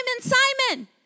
Simon